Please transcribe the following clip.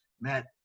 Matt